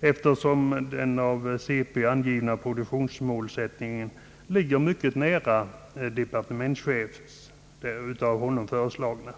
eftersom den av centerpartiet angivna produktions målsättningen ligger mycket nära den av departementschefen föreslagna.